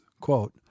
quote